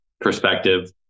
perspective